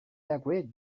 agreed